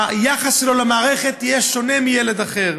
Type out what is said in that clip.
היחס שלו למערכת יהיה שונה משל ילד אחר.